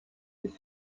des